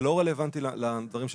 זה לא רלוונטי לדברים שלפנינו.